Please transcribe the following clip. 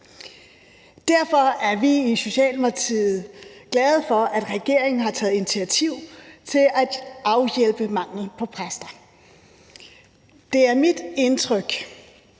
Derfor er vi i Socialdemokratiet glade for, at regeringen har taget initiativ til at afhjælpe manglen på præster. Det er mit indtryk,